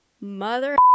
Mother